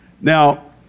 Now